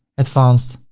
advanced,